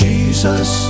Jesus